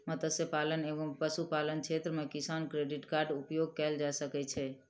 मत्स्य पालन एवं पशुपालन क्षेत्र मे किसान क्रेडिट कार्ड उपयोग कयल जा सकै छै